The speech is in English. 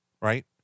right